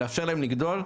לאפשר להם לגדול,